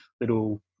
little